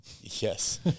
Yes